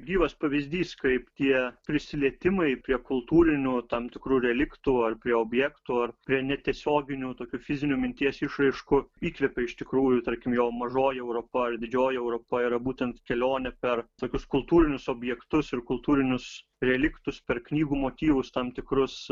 gyvas pavyzdys kaip tie prisilietimai prie kultūrinių tam tikrų reliktų ar prie objektų ar prie netiesioginių tokių fizinių minties išraiškų įkvėpė iš tikrųjų tarkim jo mažoji europa ar didžioji europa yra būtent kelionė per tokius kultūrinius objektus ir kultūrinius reliktus per knygų motyvus tam tikrus